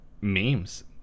memes